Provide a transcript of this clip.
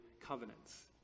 covenants